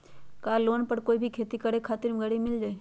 का लोन पर कोई भी खेती करें खातिर गरी मिल जाइ?